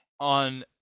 on